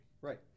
Right